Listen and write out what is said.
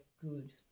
good